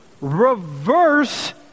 reverse